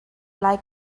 lai